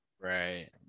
Right